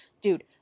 dude